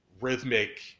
rhythmic